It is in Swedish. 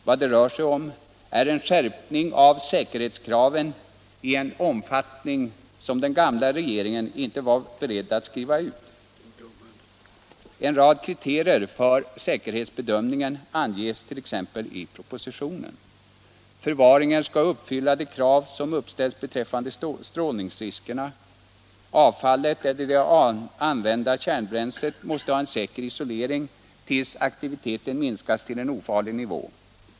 Vad det rör sig om är en skärpning av säkerhetskraven i en omfattning som den gamla regeringen inte var beredd att föreskriva. En rad kriterier för säkerhetsbedömningen anges t.ex. i propositionen. Förvaringen skall uppfylla de krav som måste uppställas beträffande strålningsriskerna, avfallet eller det använda kärnbränslet måste ha en säker isolering tills aktiviteten minskat till en ofarlig nivå.